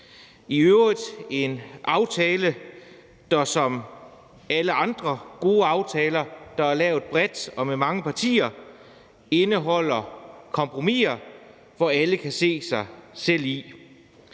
i øvrigt en aftale, der som alle andre gode aftaler, der er lavet bredt og med mange partier, indeholder kompromiser, som alle kan se sig selv i.